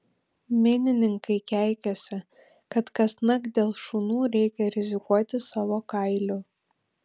minininkai keikiasi kad kasnakt dėl šunų reikia rizikuoti savo kailiu